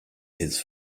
his